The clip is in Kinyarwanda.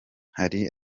hari